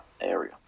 area